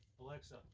Alexa